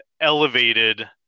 elevated